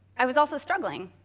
i was also struggling.